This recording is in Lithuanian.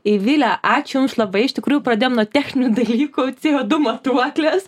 eivile ačiū jums labai iš tikrųjų pradėjom nuo techninių dalykų cė o du matuoklės